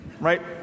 right